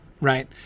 Right